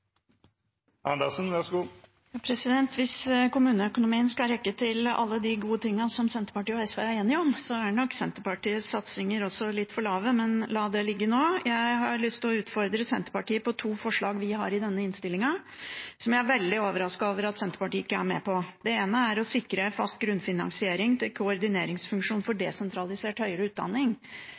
SV er enige om, er nok Senterpartiets satsinger også litt for lave, men la det ligge nå. Jeg har lyst til å utfordre Senterpartiet på to forslag vi har i denne innstillingen, og som jeg er veldig overrasket over at Senterpartiet ikke er med på. Det ene er å sikre en fast grunnfinansiering til koordineringsfunksjonen for desentralisert høyere utdanning.